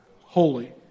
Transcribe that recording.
holy